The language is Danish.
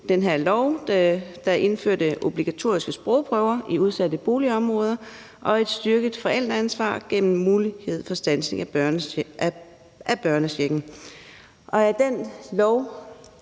den her lov, der indførte obligatoriske sprogprøver i udsatte boligområder og et styrket forældreansvar gennem mulighed for standsning af børnechecken. Af den lov